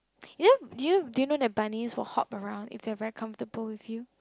you know do you do you know that bunnies will hop around if they're comfortable with you